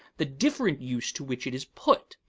the different use to which it is put.